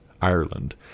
Ireland